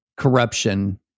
corruption